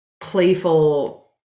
playful